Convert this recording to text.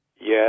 Yes